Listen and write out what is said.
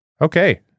Okay